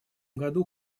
году